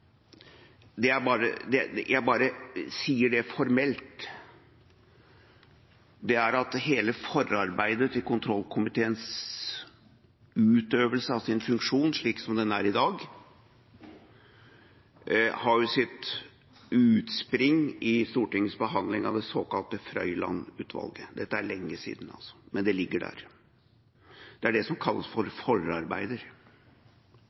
Jeg sier bare formelt at hele forarbeidet til kontrollkomiteens utøvelse av sin funksjon, slik som den er i dag, har sitt utspring i Stortingets behandling av det såkalte Frøiland-utvalget. Dette er lenge siden, men det ligger der. Det er det som kalles